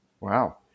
Wow